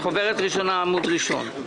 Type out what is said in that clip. עמוד ראשון.